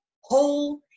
whole